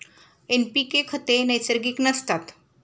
NPK खते नैसर्गिक नसतात